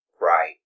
Right